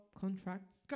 contracts